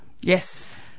Yes